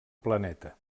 planeta